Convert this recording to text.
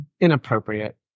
inappropriate